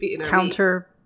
counter